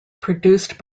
produced